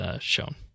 shown